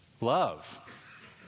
Love